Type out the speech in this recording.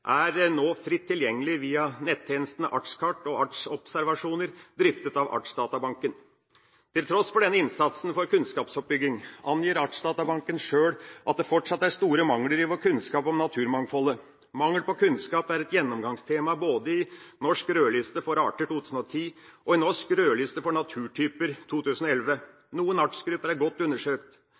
er nå fritt tilgjengelig via nettjenestene Artskart og Artsobservasjoner, driftet av Artsdatabanken. Til tross for denne innsatsen for kunnskapsoppbygging, oppgir Artsdatabanken sjøl at det fortsatt er store mangler i vår kunnskap om naturmangfoldet. Mangel på kunnskap er et gjennomgangstema både i Norsk rødliste for arter 2010 og i Norsk rødliste for naturtyper 2011. Noen artsgrupper er godt undersøkt,